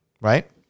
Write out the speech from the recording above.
right